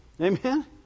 Amen